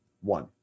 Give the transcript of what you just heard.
One